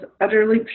utterly